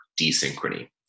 desynchrony